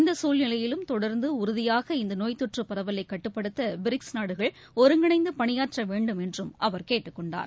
இந்தசூழ்நிலையிலும் தொடர்ந்துஉறுதியாக இந்தநோய் தொற்றுபரவலைகட்டுப்படுத்தபிரிக்ஸ் நாடுகள் ஒருங்கிணைந்தபணியாற்றவேண்டுமென்றும் அவர் கேட்டுக் கொண்டார்